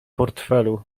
portfelu